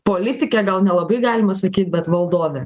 politike gal nelabai galima sakyt bet valdove